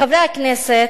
חברי הכנסת,